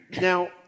Now